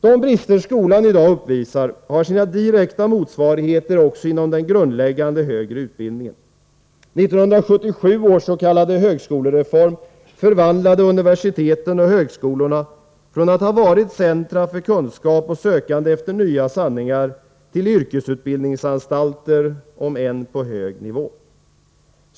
De brister skolan i dag uppvisar har sina direkta motsvarigheter också inom den grundläggande högre utbildningen. 1977 års s.k. högskolereform förvandlade universiteten och högskolorna från att ha varit centra för kunskap och sökande efter nya sanningar till yrkesutbildningsanstalter om än på hög nivå.